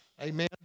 Amen